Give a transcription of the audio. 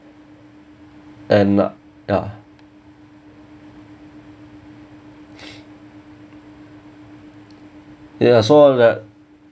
and ya ya so I'm like